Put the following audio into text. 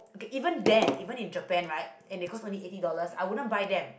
even them even in Japan right and they costs only eighty dollars I wouldn't buy them